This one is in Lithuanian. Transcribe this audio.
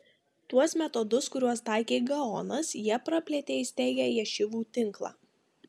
tuos metodus kuriuos taikė gaonas jie praplėtė įsteigę ješivų tinklą